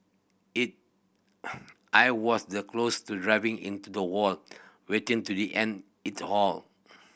it I was the close to driving into the wall wanting to the end it all